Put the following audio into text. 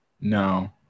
No